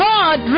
God